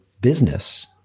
business